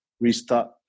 restart